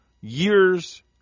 years